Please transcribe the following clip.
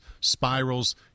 spirals